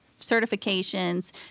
certifications